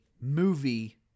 movie